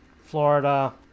Florida